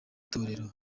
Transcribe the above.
torero